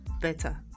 better